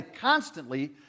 constantly